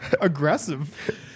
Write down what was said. aggressive